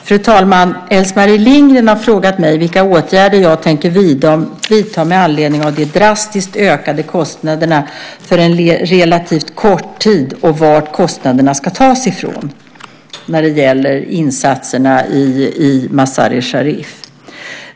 Fru talman! Else-Marie Lindgren har frågat mig vilka åtgärder jag tänker vidta med anledning av de drastiskt ökade kostnaderna för en relativt kort tid och var kostnaderna ska tas ifrån när det gäller insatserna i Mazar-e-Sharif.